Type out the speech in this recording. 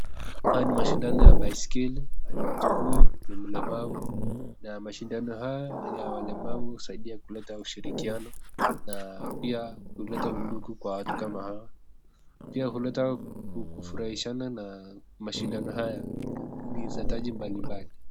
Haya ni mashindano ya baiskeli, mtu huyu ni mlemavu na mashindano haya ya walemavu husaidia kuleta ushirikiano na pia kuleta undugu kwa watu kama hawa, pia huleta kufurahishana na mashindano haya ni za taji mbalimbali.